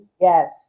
Yes